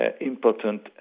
important